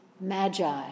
magi